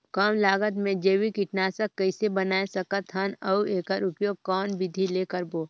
कम लागत मे जैविक कीटनाशक कइसे बनाय सकत हन अउ एकर उपयोग कौन विधि ले करबो?